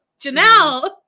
Janelle